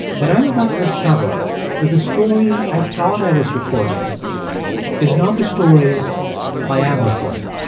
but i'm about to discover that the story i thought i was reporting is not the story i am reporting.